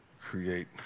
create